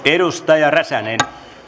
edustaja räsänen